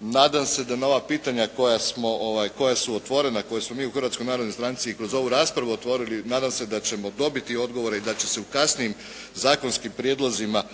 nadam se da na ova pitanja koja su otvorena, koja smo mi u Hrvatskoj narodnoj stranci i kroz ovu raspravu otvorili, nadam se da ćemo dobiti odgovore i da će se u kasnijim zakonskim prijedlozima